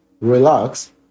relax